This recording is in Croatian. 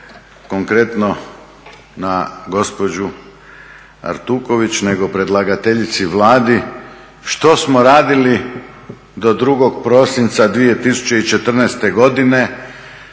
konkretno na gospođu Artuković nego predlagateljici Vladi, što smo radili do 2. prosinca 2014. godine,